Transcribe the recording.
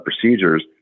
procedures